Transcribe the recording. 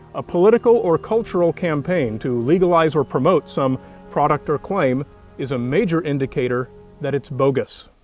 a political or cultural campaign to legalize or promote some product or claim is a major indicator that it's bogus.